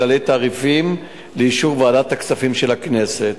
כללי תעריפים לאישור ועדת הכספים של הכנסת.